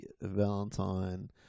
Valentine